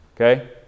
okay